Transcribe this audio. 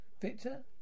Victor